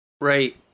right